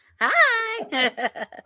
Hi